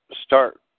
start